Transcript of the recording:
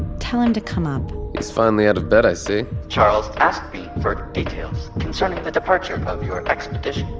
tell him to come up he's finally out of bed, i see charles asked me for details concerning the departure of your expedition.